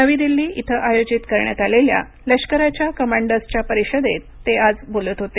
नवी दिल्ली इथं आयोजित करण्यात आलेल्या लष्कराच्या कमांडर्सच्या परिषदेत ते आज बोलत होते